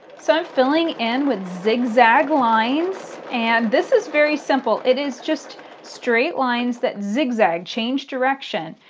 so filling and with zigzag lines. and this is very simple. it is just straight lines that zigzag change direction.